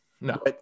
no